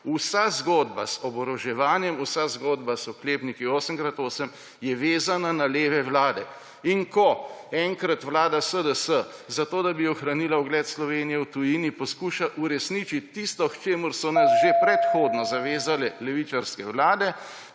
Vsa zgodba z oboroževanjem, vsa zgodba z oklepniki 8x8 je vezana na leve vlade. In ko enkrat vlada SDS, zato da bi ohranila ugled Slovenije v tujini, poskuša uresniči tisto, k čemur so nas že predhodno zavezale levičarske vlade,